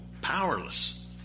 powerless